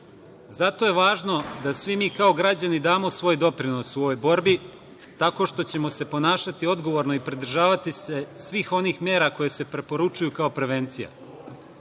Zato je važno da svi mi kao građani damo svoj doprinos u ovoj borbi, tako što ćemo se ponašati odgovorno i pridržavati se svih onih mera koje se preporučuju kao prevencija. Želim